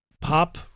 pop